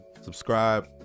subscribe